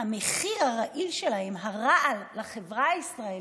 המחיר הרעיל שלהם, הרעל לחברה הישראלית,